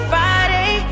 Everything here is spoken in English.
Friday